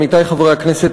עמיתי חברי הכנסת,